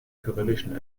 kyrillischen